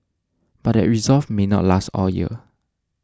but that resolve may not last all year